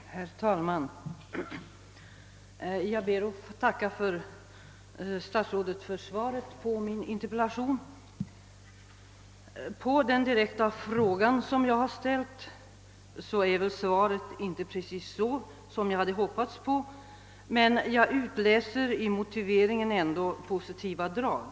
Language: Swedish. Herr talman! Jag ber att få tacka statsrådet för svaret på min interpellation. På den direkta fråga jag ställde är svaret inte precis som jag hade hop pats, men jag utläser i motiveringen ändå positiva drag.